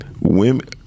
women